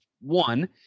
one